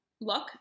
look